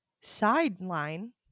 sideline